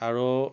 আৰু